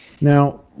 Now